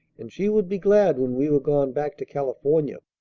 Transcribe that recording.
and she would be glad when we were gone back to california.